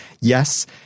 Yes